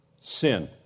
sin